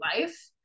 life